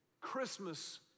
Christmas